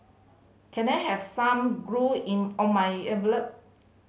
can I have some glue in all my envelope